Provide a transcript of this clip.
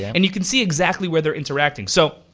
and you can see exactly where they're interacting. so,